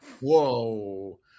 Whoa